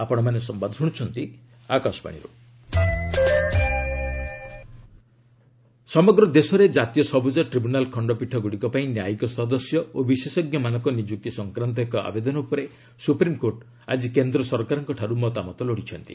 SC NGT ସମଗ୍ର ଦେଶରେ ଜାତୀୟ ସବୁଜ ଟ୍ରିବ୍ୟୁନାଲ୍ ଖଣ୍ଡପୀଠଗୁଡ଼ିକ ପାଇଁ ନ୍ୟାୟିକ ସଦସ୍ୟ ଓ ବିଶେଷଜ୍ଞମାନଙ୍କ ନିଯୁକ୍ତି ସଂକ୍ରାନ୍ତ ଏକ ଆବେଦନ ଉପରେ ସୁପ୍ରିମକୋର୍ଟ ଆଜି କେନ୍ଦ୍ରସରକାରଙ୍କଠାରୁ ମତାମତ ଲୋଡ଼ିଛନ୍ତି